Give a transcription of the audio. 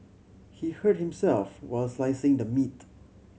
he hurt himself while slicing the meat